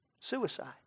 Suicide